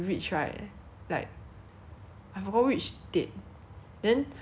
then 我们就直接搭 Grab oh there also got Grab and Grab is very cheap there